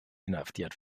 inhaftiert